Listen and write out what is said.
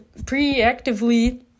preactively